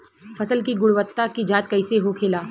फसल की गुणवत्ता की जांच कैसे होखेला?